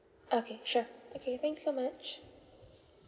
okay sure okay thanks so much